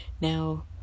Now